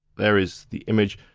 there is the image.